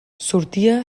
sortia